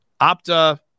Opta